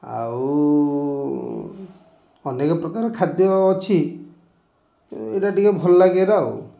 ଆଉ ଅନେକ ପ୍ରକାର ଖାଦ୍ୟ ଅଛି ଏଇଟା ଟିକେ ଭଲ ଲାଗେ ଆଉ